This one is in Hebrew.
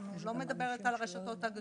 אני לא מדברת על הרשתות הגדולות,